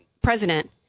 president